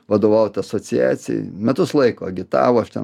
vadovaut asociacijai metus laiko agitavo aš ten